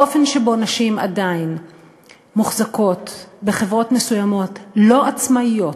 האופן שבו נשים עדיין מוחזקות בחברות מסוימות לא עצמאיות,